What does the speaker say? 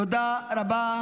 תודה רבה.